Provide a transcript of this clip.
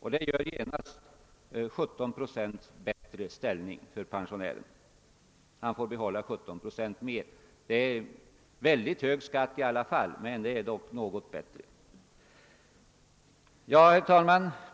vilket skulle innebära en förbättring för pensionären med 17 procent — han får behålla 17 procent mer. Det är i alla fall en mycket hög skatt, även om det är bättre. Herr talman!